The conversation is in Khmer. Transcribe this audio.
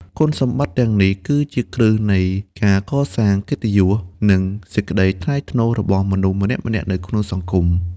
គុណសម្បត្តិទាំងនេះ គឺជាគ្រឹះនៃការកសាង កិត្តិយស និង សេចក្តីថ្លៃថ្នូរ របស់មនុស្សម្នាក់ៗនៅក្នុងសង្គម។